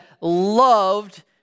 loved